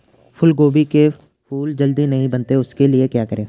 फूलगोभी के फूल जल्दी नहीं बनते उसके लिए क्या करें?